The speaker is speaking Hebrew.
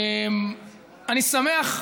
אני שמח מאוד,